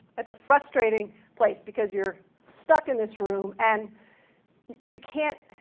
it's a frustrating place, because you're stuck in this room and you can't,